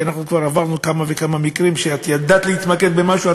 כי אנחנו כבר עברנו כמה וכמה מקרים שבהם את ידעת להתמקד במשהו,